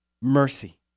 mercy